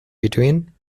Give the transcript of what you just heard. between